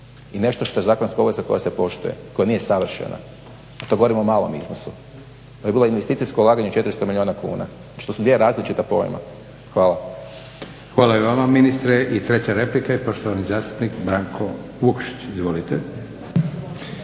I nešto što je zakonska obveza koja se poštuje, koja nije savršena, to govorim o malom iznosu. Ovo je bilo investicijsko ulaganje 400 milijuna kuna, što su dva različita pojma. Hvala. **Leko, Josip (SDP)** Hvala i vama ministre. I treća replika i poštovani zastupnik Branko Vukšić. Izvolite.